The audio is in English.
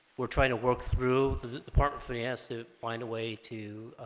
we're trying to work through the department from he has to find a way to